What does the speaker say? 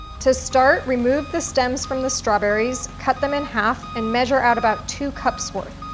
to start, remove the stems from the strawberries, cut them in half and measure out about two cups worth.